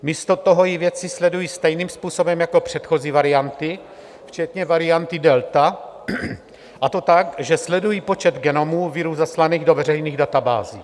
Místo toho ji vědci sledují stejným způsobem jako předchozí varianty, včetně varianty delta, a to tak, že sledují počet genomů viru zaslaných do veřejných databází.